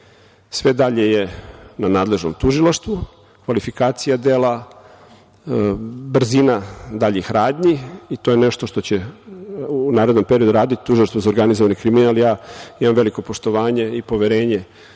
Sve dalje je na nadležnom tužilaštvu, kvalifikacija dela, brzina daljih radnji i to je nešto što će u narednom periodu raditi Tužilaštvo za organizovani kriminal. Ja imam veliko poštovanje i poverenje